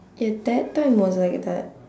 ya that time was like that